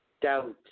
doubt